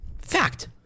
Fact